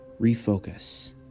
refocus